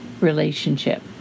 relationship